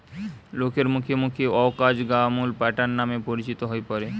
লোকের মুখে মুখে অউ কাজ গা আমূল প্যাটার্ন নামে পরিচিত হই পড়ে